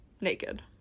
naked